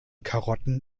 karotten